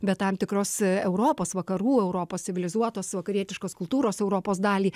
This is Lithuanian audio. bet tam tikros europos vakarų europos civilizuotos vakarietiškos kultūros europos dalį